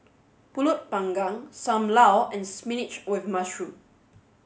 Pulut panggang Sam Lau and Spinach with Mushroom